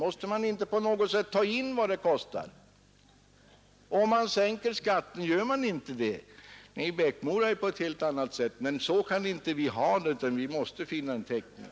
Måste man inte på något sätt ta in vad det kostar om man sänker skatten? I Bäckmora är det på ett helt annat sätt, men så kan vi inte ha det, utan vi måste finna en täckning.